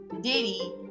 Diddy